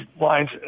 lines